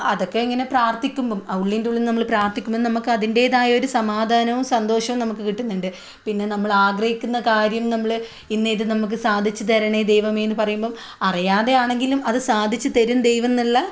അതൊക്കെ ഇങ്ങനെ പ്രാർത്ഥിക്കുമ്പോൾ അ ഉള്ളിൻ്റെ ഉള്ളീന്ന് നമ്മൾ പ്രാർത്ഥിക്കുമ്പോൾ നമുക്ക് അതിൻറ്റേതായ ഒരു സമാധാനവും സന്തോഷവും നമുക്ക് കിട്ടുന്നുണ്ട് പിന്നെ നമ്മൾ ആഗ്രഹിക്കുന്ന കാര്യം നമ്മൾ ഇന്നിത് നമുക്ക് സാധിച്ച് തരണേ ദൈവമേയെന്ന് പറയുമ്പോൾ അറിയാതെ ആണെങ്കിലും അത് സാധിച്ച് തരും ദൈവമെന്നുള്ള